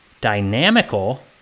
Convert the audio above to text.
dynamical